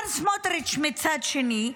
מצד שני,